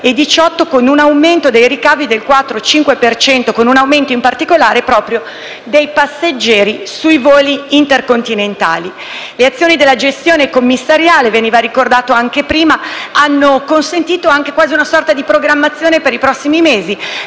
2018, con un aumento dei ricavi del 4-5 per cento e un incremento in particolare proprio dei passeggeri sui voli intercontinentali. Le azioni della gestione commissariale, come veniva ricordato prima, hanno consentito quasi una sorta di programmazione per i prossimi mesi.